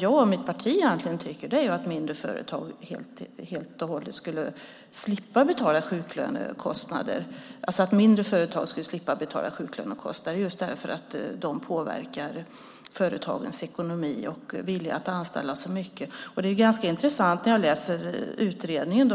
Jag och mitt parti tycker egentligen att mindre företag helt och hållet borde slippa betala sjuklönekostnader just därför att de i så hög grad påverkar företagens ekonomi och vilja att anställa. Det är ganska intressant att se - jag har läst